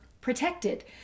protected